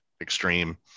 extreme